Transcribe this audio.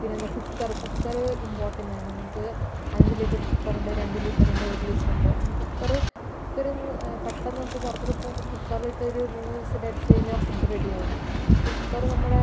പിന്നെന്താ cooker cooker ഇംപോർട്ടൻ്റാണ് നമുക്ക് അഞ്ച് ലിറ്റർ കുക്കറുണ്ട് രണ്ട് ലിറ്ററുണ്ട് ഒരു ലിറ്ററുണ്ട് അങ്ങനെ കുക്കറ് കുക്കറിൽ നിന്ന് പെട്ടെന്ന് നമുക്ക് പുറത്തൊക്കെ പോകുമ്പോൾ കുക്കറിൽ ഇട്ട് ഒരു മൂന്ന് വിസിലടിച്ച് കഴിഞ്ഞാൽ ഫുഡ് റെഡിയാകും സോ കുക്കറ് നമ്മുടെ